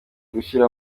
gushyira